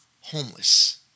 homeless